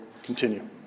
continue